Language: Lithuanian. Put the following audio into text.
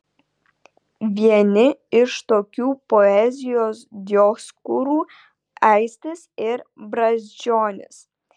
vieni iš tokių poezijos dioskūrų aistis ir brazdžionis